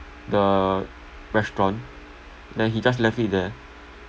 the restaurant then he just left it there